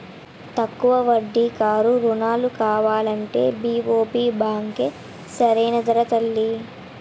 తక్కువ వడ్డీకి కారు రుణాలు కావాలంటే బి.ఓ.బి బాంకే సరైనదిరా తల్లీ